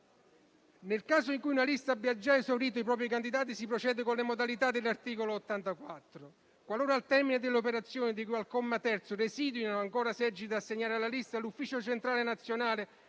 Nel caso in cui una lista abbia già esaurito i propri candidati, si procede con le modalità dell'articolo 84. Qualora, al termine dell'operazione di cui al comma 3, residuino ancora seggi da assegnare alla lista, l'Ufficio elettorale centrale